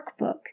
workbook